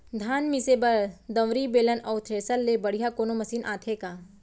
धान मिसे बर दंवरि, बेलन अऊ थ्रेसर ले बढ़िया कोनो मशीन आथे का?